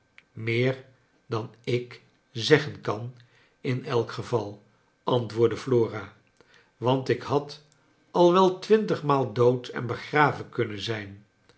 meer dan ik zeggen kan in elk geval antwoordde flora want ik had al wel twintig maal dood en begraven kunnen zijn